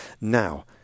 Now